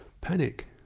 panic